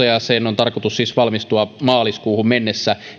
ja sen on tarkoitus siis valmistua maaliskuuhun mennessä